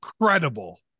Incredible